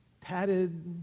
padded